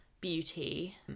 beauty